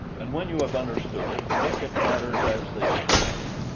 and when you have understood it, look at matters as they stand.